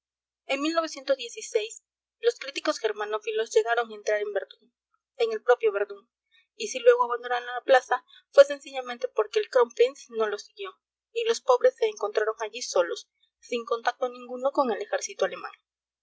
doscientos duros en los críticos germanófilos llegaron a entrar en verdun en el propio verdun y si luego abandonaron la plaza fue sencillamente porque el kronprinz no los siguió y los pobres se encontraron allí solos sin contacto ninguno con el ejército alemán